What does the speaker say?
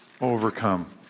overcome